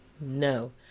no